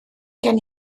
gen